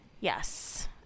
Yes